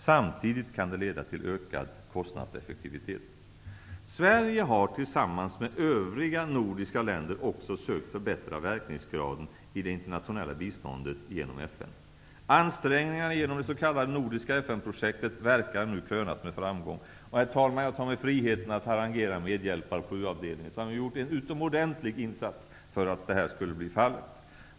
Samtidigt kan det leda till ökad kostnadseffektivitet. Sverige har, tillsammans med övriga nordiska länder, också sökt förbättra verkningsgraden i det internationella biståndet genom FN. projektet verkar nu krönas med framgång. Herr talman, jag tar mig friheten att harangera medhjälpare på U-avdelningen som gjort en utomordentlig insats för att så skulle bli fallet.